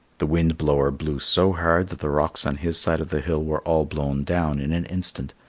the wind-blower blew so hard that the rocks on his side of the hill were all blown down in an instant,